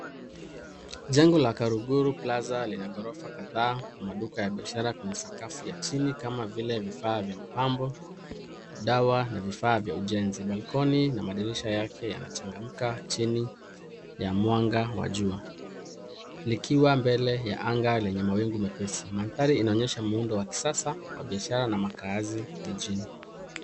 Jengo la KARUGURU PLAZA lina ghorofa kadhaa, maduka ya biashara kwenye sakafu ya chini kama vile vifaa vya mapambo, dawa na vifaa vya ujenzi. Balcony na madirisha yake yanachangamka chini ya mwanga wa jua likiwa mbele ya anga lenye mawingu mapesi. Mandhari inaonyesha muundo wa kisasa wa biashara na makaazi mijini.